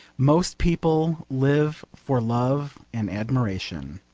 most people live for love and admiration.